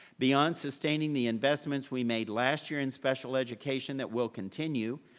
beyond sustaining the investments we made last year in special education that will continue,